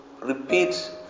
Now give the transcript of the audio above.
repeat